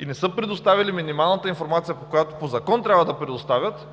и не са предоставили минималната информация, която по закон трябва да предоставят,